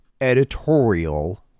editorial